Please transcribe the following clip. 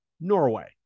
Norway